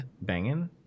banging